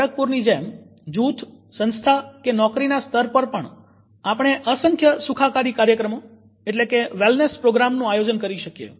ખડગપુરની જેમ જૂથ સંસ્થા કે નોકરીના સ્તર પર પણ આપણે અસંખ્ય સુખાકારી કાર્યક્રમ નું આયોજન કરી શકીએ